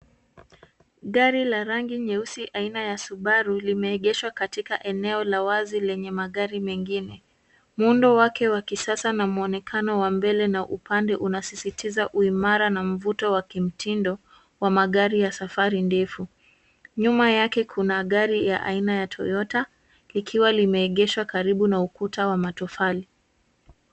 Gari la rangi nyeusi aina ya subaru limeegeshwa katika eneo la wazi lenye magari mengine. Muundo wake wa kisasa na muonekano wa mbele na upande unasisitiza uimara na mvuto wa kimtindo wa magari ya safari ndefu. Nyuma yake kuna gari ya aina ya Toyota likiwa limeegeshwa karibu na ukuta wa matofali.